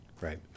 Right